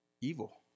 evil